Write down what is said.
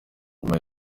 nyuma